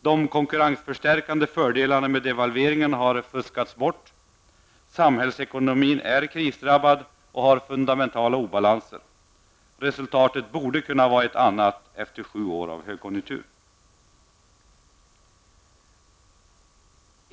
De konkurrensförstärkande fördelarna med devalveringen har fuskats bort. Samhällsekonomin är krisdrabbad och har fundamentala obalanser. Resultatet borde kunna vara ett annat efter sju år av högkonjunktur.